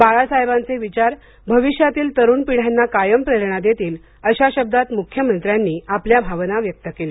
बाळासाहेबांचे विचार भविष्यातील तरुण पिढ्यांना कायम प्रेरणा देतील अशा शब्दांत मुख्यमंत्र्यांनी आपल्या भावना व्यक्त केल्या